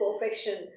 perfection